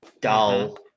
dull